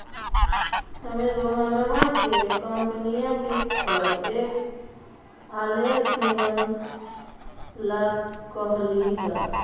हम्मे रोहनवा के कंपनीया वित्त पर एक आलेख निबंध ला कहली